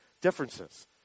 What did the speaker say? differences